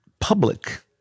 public